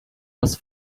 was